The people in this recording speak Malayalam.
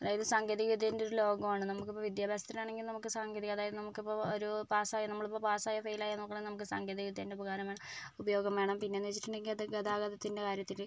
അതായത് സാങ്കേതികവിദ്യേൻ്റെ ഒരു ലോകമാണ് നമുക്കിപ്പോൾ വിദ്യാഭ്യാസത്തിനാണെങ്കിൽ നമുക്ക് സാങ്കേതിക അതായത് നമുക്കിപ്പോൾ ഒരു പാസായ നമ്മളിപ്പോൾ പാസായോ ഫെയിലായോ എന്ന് നോക്കാണേ നമുക്ക് സാങ്കേതിവിദ്യേൻ്റെ ഉപകാരം വേണം ഉപയോഗം വേണം പിന്നെയെന്ന് വെച്ചിട്ടുണ്ടെങ്കിൽ അത് ഗതാഗതത്തിൻ്റെ കാര്യത്തിൽ